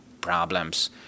problems